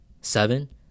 seven